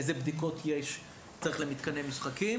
אילו בדיקות צריך לערוך למתקני משחקים?